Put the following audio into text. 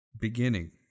beginning